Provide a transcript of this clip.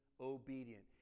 obedient